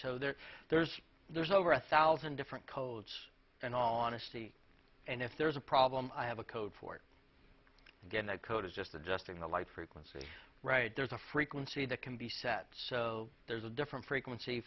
so there there's there's over a thousand different codes in all honesty and if there's a problem i have a code for getting that code is just adjusting the light frequency right there's a frequency that can be set so there's a different frequency